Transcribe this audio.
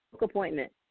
appointment